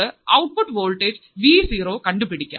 നമുക്ക് output voltage V zero കണ്ടുപിടിക്കാം